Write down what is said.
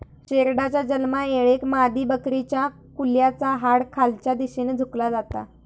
शेरडाच्या जन्मायेळेक मादीबकरीच्या कुल्याचा हाड खालच्या दिशेन झुकला जाता